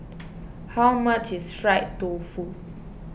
how much is Fried Tofu